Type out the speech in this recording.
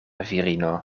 virino